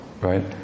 right